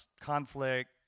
conflict